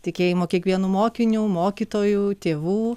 tikėjimo kiekvienu mokiniu mokytoju tėvų